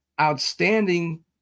outstanding